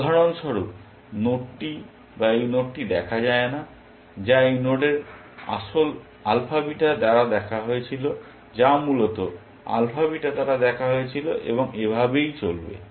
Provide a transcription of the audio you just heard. উদাহরণস্বরূপ এই নোডটি দেখা যায় না যা এই নোডের আলফা বিটা দ্বারা দেখা হয়েছিল যা মূলত আলফা বিটা দ্বারা দেখা হয়েছিল এবং এভাবে চলবে